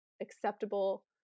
acceptable